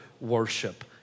worship